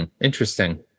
interesting